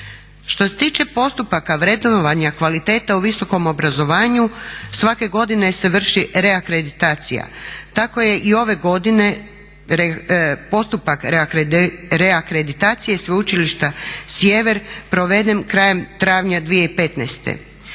Što se tiče postupaka vrednovanja kvalitete o visokom obrazovanju svake godine se vrši reakreditacija. Tako je i ove godine postupak reakreditacije Sveučilišta Sjever proveden krajem travnja 2015.